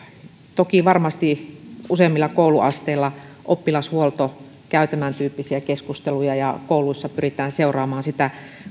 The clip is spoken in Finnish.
toki varmasti useimmilla kouluasteilla oppilashuolto käy tämäntyyppisiä keskusteluja ja kouluissa pyritään seuraamaan sitä